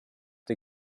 der